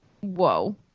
Whoa